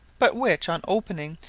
but which, on opening,